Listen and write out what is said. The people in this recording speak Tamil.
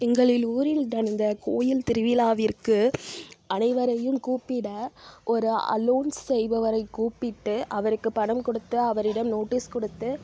எங்களில் ஊரில் நடந்த கோயில் திருவிழாவிற்கு அனைவரையும் கூப்பிட ஒரு அலோன் செய்பவரை கூப்பிட்டு அவருக்கு பணம் கொடுத்து அவரிடம் நோட்டீஸ் கொடுத்து